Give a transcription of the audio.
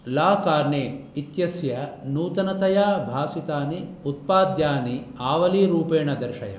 ला Carne इत्यस्य नूतनतया भासितानि उत्पाद्यानि आवलीरूपेण दर्शय